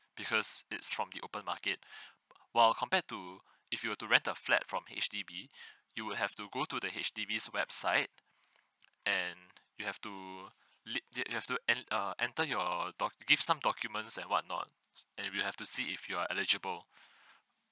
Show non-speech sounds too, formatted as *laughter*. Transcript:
because it's from the open market *breath* while compared to if you were to rent the flat from H_D_B *breath* you would have to go to the H_D_B website and you have to lead it you have to en~ uh enter your doc~ give some documents and whatnot and we have to see if you are eligible